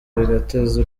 bigateza